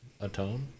atone